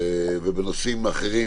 ובנושאים אחרים,